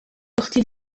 أختي